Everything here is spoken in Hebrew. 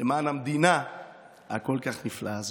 ולמען המדינה הנפלאה כל כך הזאת.